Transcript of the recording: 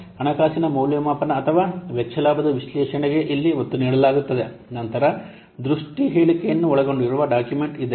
ಹಣಕಾಸಿನ ಮೌಲ್ಯಮಾಪನ ಅಥವಾ ವೆಚ್ಚ ಲಾಭದ ವಿಶ್ಲೇಷಣೆಗೆ ಇಲ್ಲಿ ಒತ್ತು ನೀಡಲಾಗುತ್ತದೆ ನಂತರ ದೃಷ್ಟಿ ಹೇಳಿಕೆಯನ್ನು ಒಳಗೊಂಡಿರುವ ಡಾಕ್ಯುಮೆಂಟ್ ಇದೆ